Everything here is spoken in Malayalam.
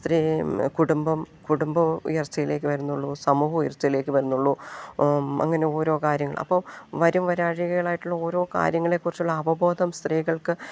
സ്ത്രീ കുടുംബം കുടുംബം ഉയർച്ചയിലേക്ക് വരുന്നുള്ളൂ സമൂഹം ഉയർച്ചയിലേക്ക് വരുന്നുള്ളൂ അങ്ങനെ ഓരോ കാര്യങ്ങൾ അപ്പം വരും വരാഴികളായിട്ടുള്ള ഓരോ കാര്യങ്ങളെക്കുറിച്ചുള്ള അവബോധം സ്ത്രീകൾക്ക്